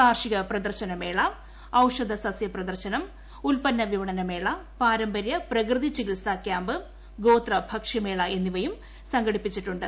കാർഷിക പ്രദർശനമേള ഔഷധ സസ്യപ്രദർശം ഉൽപ്പന്ന വിപണനമേള പാരമ്പര്യ പ്രകൃതി ചികിത്സാ ക്യാമ്പ് ഗോത്ര ഭക്ഷ്യമേള എന്നിവയും സംഘടിപ്പിച്ചിട്ടുണ്ട്